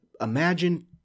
imagine